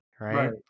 right